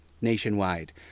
nationwide